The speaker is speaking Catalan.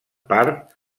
part